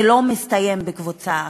זה לא מסתיים בקבוצה אחת,